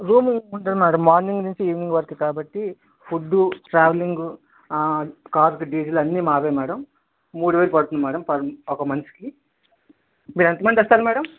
room ఏమి ఉండదు madam morning నుంచి ఈవినింగ్ వరకే కాబట్టి ఫుడ్డు ట్రావెలింగ్ కార్కి డీజిల్ అన్నీ మావే మేడం మూడు వేలు పడుతుంది మేడం పర్ మ ఒక మనిషికి మీరు ఎంతమంది వస్తారు మేడం